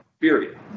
period